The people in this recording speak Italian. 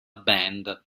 band